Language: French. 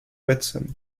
watson